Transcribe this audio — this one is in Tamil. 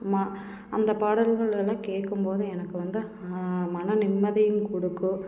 ஆமாம் அந்த பாடல்களெல்லாம் கேட்கும்போது எனக்கு வந்து மன நிம்மதியும் கொடுக்கும்